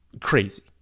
Crazy